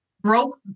broke